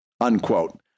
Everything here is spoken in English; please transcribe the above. unquote